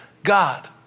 God